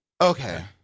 Okay